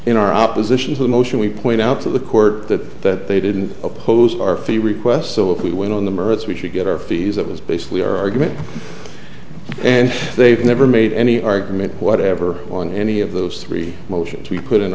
in our opposition to the motion we point out to the court that they didn't oppose our fee request so if we went on the mertz we should get our fees that was basically our argument and they've never made any argument whatever on any of those three motions we put in